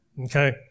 Okay